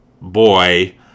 boy